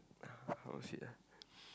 how to say ah